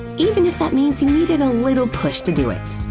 even if that means you needed a little push to do it.